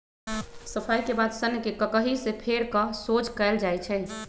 सफाई के बाद सन्न के ककहि से फेर कऽ सोझ कएल जाइ छइ